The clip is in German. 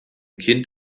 kind